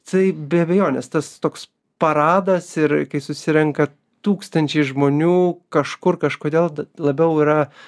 tai be abejonės tas toks paradas ir kai susirenka tūkstančiai žmonių kažkur kažkodėl d labiau yra